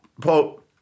Paul